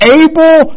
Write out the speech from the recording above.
able